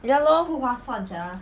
ya lor